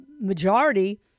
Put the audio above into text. majority